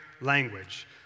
Language